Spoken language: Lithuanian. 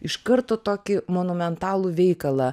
iš karto tokį monumentalų veikalą